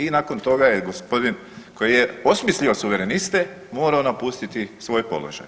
I nakon toga je gospodin koji je osmislio Suvereniste morao napustiti svoj položaj.